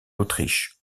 autriche